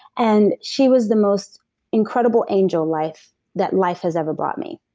and she was the most incredible angel life that life has ever brought me.